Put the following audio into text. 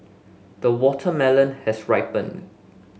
the watermelon has ripened